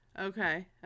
Okay